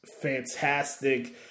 fantastic